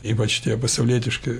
ypač tie pasaulietiški